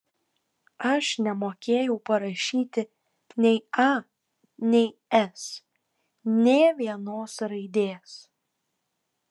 aš nemokėjau parašyti nei a nei s nė vienos raidės